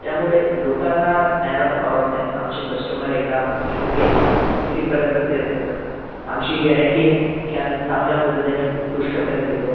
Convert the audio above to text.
त्यामुळे लोकांना न्यायला खूप आवडते आणि आमचे कस्टमर एकदा घेऊन गेले की ते परत परत ते येतच असतात आमची गॅरेंटी आहे की आम्ही चांगल्या पद्धतीने उत्कृष्टपणे देतो